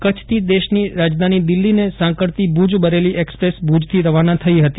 કચ્છથી દેશની રાજધાની દિલ્ફીને સાંકળતી ભુજ બરેલી એકસપ્રેસ ભુજથી રવાના થઈ હતી